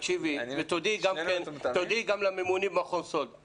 תקשיבי ותודיעי גם לממונים במכון סאלד,